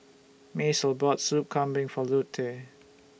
Macel bought Soup Kambing For Lute